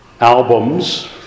albums